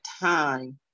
time